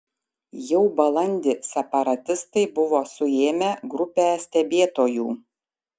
jau balandį separatistai buvo suėmę grupę stebėtojų